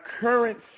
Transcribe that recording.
current